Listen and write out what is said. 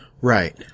right